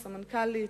הסמנכ"לית,